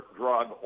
drug